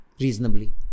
reasonably